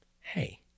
hey